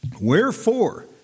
Wherefore